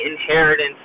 inheritance